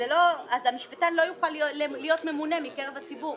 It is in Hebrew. המשפטן לא יוכל להיות ממונה מקרב הציבור.